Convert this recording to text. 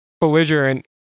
belligerent